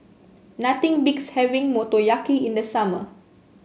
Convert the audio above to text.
nothing beats having Motoyaki in the summer